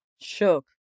Shook